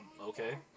Okay